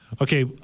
Okay